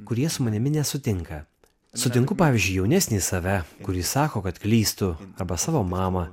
kurie su manimi nesutinka sutinku pavyzdžiui jaunesnį save kuris sako kad klystu arba savo mamą